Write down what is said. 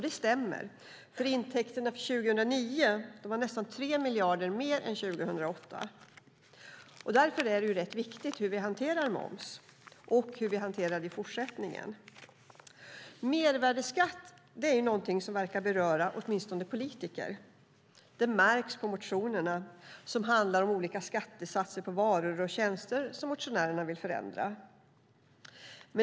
Det stämmer, eftersom intäkterna från 2009 uppgick till nästan 3 miljarder mer än 2008. Därför är det rätt viktigt hur vi hanterar moms och hur vi gör det i fortsättningen. Mervärdesskatt är något som verkar beröra åtminstone politiker. Det märks på motionerna som handlar om olika skattesatser på varor och tjänster som motionärerna vill förändra.